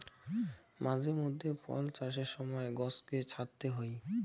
মাঝে মধ্যে ফল চাষের সময় গছকে ছাঁটতে হই